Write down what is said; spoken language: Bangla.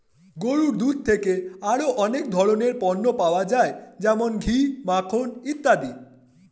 গরুর দুধ থেকে আরো অনেক ধরনের পণ্য পাওয়া যায় যেমন ঘি, মাখন ইত্যাদি